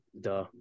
Duh